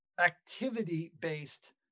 activity-based